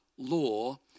law